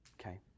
Okay